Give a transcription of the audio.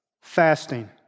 fasting